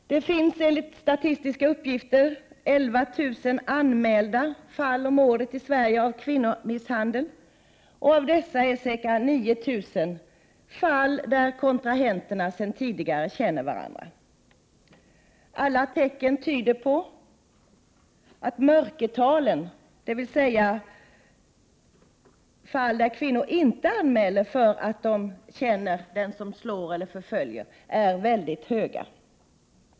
Enligt statistiken anmäls i Sverige årligen 11 000 kvinnomisshandelsfall. Av dessa är ca 9 000 fall sådana där kontrahenterna känner varandra sedan tidigare. Alla tecken tyder på att mörkertalen är mycket höga, dvs. fall där kvinnor inte anmäler att de känner den som slår eller förföljer.